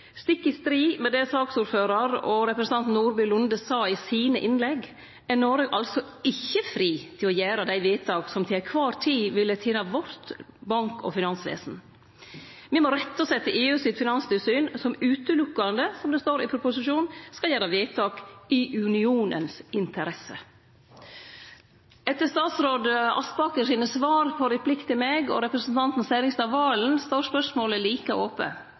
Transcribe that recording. stikk i strid med det både saksordføraren og representanten Nordby Lunde sa i sine innlegg, er Noreg altså ikkje fri til å gjere dei vedtaka som til kvar tid vil tene bank- og finansvesenet vårt. Me må rette oss etter EUs finanstilsyn, som berre – som det står i proposisjonen – skal gjere vedtak «i unionens interesse». Etter statsråd Aspaker sine svar på replikkar frå representanten Serigstad Valen og meg sjølv står spørsmålet like ope.